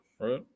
right